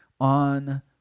on